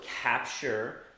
capture